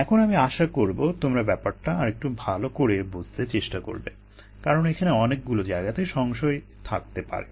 এখন আমি আশা করবো তোমরা ব্যাপারটা আরেকটু ভালো করে বুঝতে চেষ্টা করবে কারণ এখানে অনেকগুলো জায়গাতে সংশয় থাকতে পারে